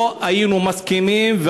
לא היינו מסכימים,